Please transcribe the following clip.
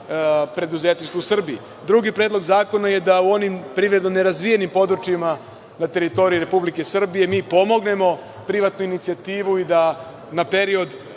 preduzetništvo u Srbiji. Drugi predlog zakona je da u onim privredno nerazvijenim područjima na teritoriji Republike Srbije mi pomognemo privatnu inicijativu i da na period